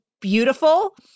beautiful